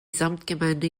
samtgemeinde